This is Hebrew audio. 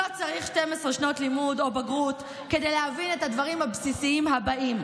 לא צריך 12 שנות לימוד או בגרות כדי להבין את הדברים הבסיסיים הבאים: